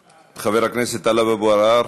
חבר הכנסת טלב אבו עראר,